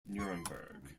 nuremberg